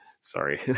sorry